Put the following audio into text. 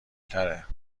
تره